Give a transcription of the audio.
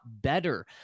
better